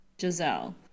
Giselle